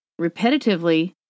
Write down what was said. repetitively